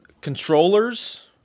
controllers